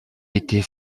était